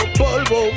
polvo